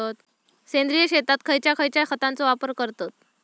सेंद्रिय शेतात खयच्या खयच्या खतांचो वापर करतत?